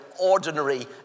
ordinary